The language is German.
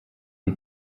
die